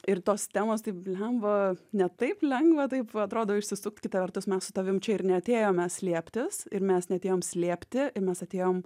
ir tos temos taip blemba ne taip lengva taip atrodo išsisukt kita vertus mes su tavim čia ir neatėjome slėptis ir mes neatėjom slėpti mes atėjom